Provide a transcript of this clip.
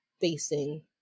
facing